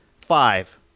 five